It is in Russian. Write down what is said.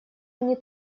они